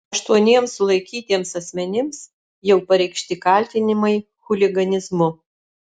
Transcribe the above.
aštuoniems sulaikytiems asmenims jau pareikšti kaltinimai chuliganizmu